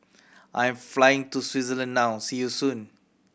I'm flying to Switzerland now see you soon